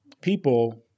people